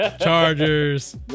Chargers